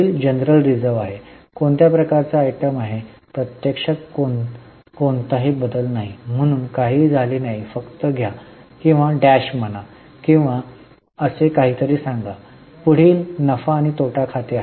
पुढील general reserve आहे कोणत्या प्रकारची आयटम आहे प्रत्यक्षात कोणताही बदल नाही म्हणून काहीही झाले नाही फक्त घ्या किंवा डॅश म्हणा किंवा असे काहीतरी सांगा पुढील नफा आणि तोटा खाते आहे